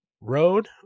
road